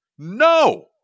No